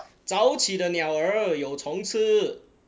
早起的鸟儿有虫吃